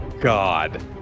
God